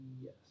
Yes